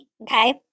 Okay